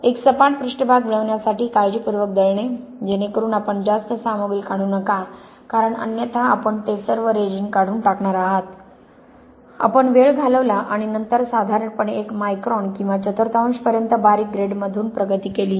एक सपाट पृष्ठभाग मिळविण्यासाठी काळजीपूर्वक दळणे जेणेकरून आपण जास्त सामग्री काढू नका कारण अन्यथा आपण ते सर्व रेजिन काढून टाकणार आहात आपण वेळ घालवला आणि नंतर साधारणपणे एक मायक्रॉन किंवा चतुर्थांश पर्यंत बारीक ग्रेडमधून प्रगती केली